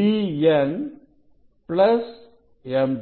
Dn plus m2